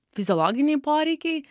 fiziologiniai poreikiai